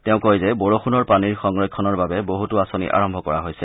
তেওঁ কয় যে বৰষূণৰ পানীৰ সংৰক্ষণৰ বাবে বহুতো আঁচনি আৰম্ভ কৰা হৈছে